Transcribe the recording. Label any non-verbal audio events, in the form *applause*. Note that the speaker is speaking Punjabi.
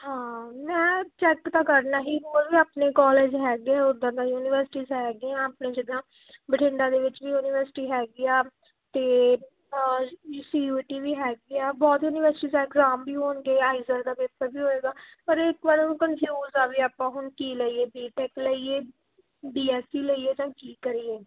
ਹਾਂ ਮੈਂ ਚੈੱਕ ਤਾਂ ਕਰਨਾ ਹੀ ਹੋਰ ਵੀ ਆਪਣੇ ਕਾਲਜ ਹੈਗੇ ਉਦਾਂ ਤਾਂ ਯੂਨੀਵਰਸਿਟੀਸ ਹੈਗੀਆਂ ਆਪਣੀ ਜਿੱਦਾਂ ਬਠਿੰਡਾ ਦੇ ਵਿੱਚ ਵੀ ਯੂਨੀਵਰਸਿਟੀ ਹੈਗੀ ਆ ਅਤੇ ਸੀ ਯੂ ਟੀ ਵੀ ਹੈਗੀ ਆ ਬਹੁਤ ਯੂਨੀਵਰਸਿਟੀਸ ਆ ਐਗਜ਼ਾਮ ਵੀ ਹੋਣਗੇ *unintelligible* ਦਾ ਪੇਪਰ ਵੀ ਹੋਏਗਾ ਪਰ ਇੱਕ ਵਾਰ ਕਨਫਿਊਜ ਆ ਵੀ ਆਪਾਂ ਹੁਣ ਕੀ ਲਈਏ ਬੀ ਟੈਕ ਲਈਏ ਬੀ ਐਸ ਸੀ ਲਈਏ ਜਾਂ ਕੀ ਕਰੀਏ